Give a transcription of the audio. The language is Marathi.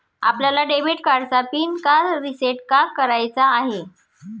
आपल्याला डेबिट कार्डचा पिन का रिसेट का करायचा आहे?